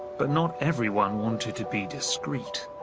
but not everyone wanted to be discreet.